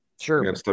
Sure